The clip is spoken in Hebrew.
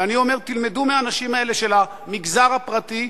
ואני אומר: תלמדו מהאנשים האלה של המגזר הפרטי,